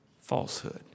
Falsehood